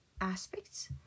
aspects